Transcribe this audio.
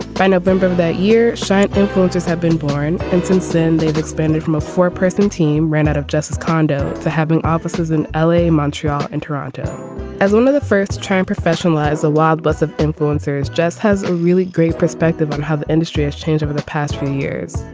by november of that year shine influencers had been born. and since then they've expanded from a four person team ran out of justice condo to having offices in l a. montreal and toronto as one of the first term professionalize the logbooks of influencers just has a really great perspective on how the industry has changed over the past few years.